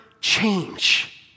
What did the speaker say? change